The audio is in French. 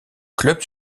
club